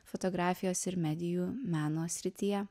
fotografijos ir medijų meno srityje